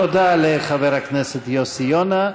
תודה לחבר הכנסת יוסי יונה.